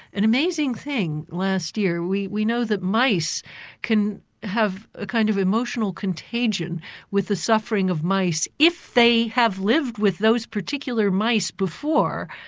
an amazing thing last year, we we know that mice can have a kind of emotional contagion with the suffering of mice, if they have lived with those particular mice before,